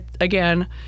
again